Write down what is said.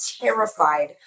terrified